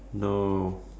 no